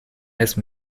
اسم